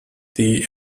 die